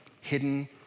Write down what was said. hidden